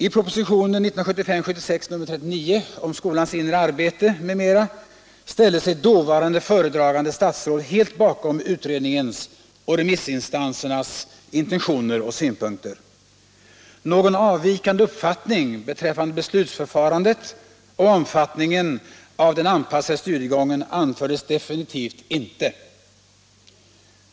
I propositionen 1975/76:39 om skolans inre arbete m.m. ställde sig dåvarande föredragande statsråd helt bakom utredningens och remissinstansernas intentioner och synpunkter. Någon avvikande uppfattning beträffande beslutsförfarandet och omfattningen av den anpassade studiegången anfördes definitivt inte.